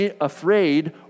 afraid